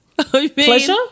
Pleasure